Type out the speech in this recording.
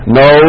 no